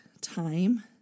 time